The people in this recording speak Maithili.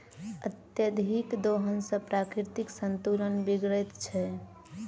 अत्यधिक दोहन सॅ प्राकृतिक संतुलन बिगड़ैत छै